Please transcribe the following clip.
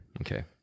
Okay